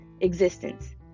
existence